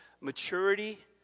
maturity